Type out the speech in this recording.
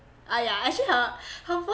!aiya! actually her her voice